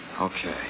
Okay